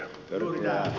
herra puhemies